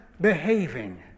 behaving